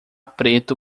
preto